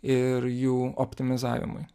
ir jų optimizavimui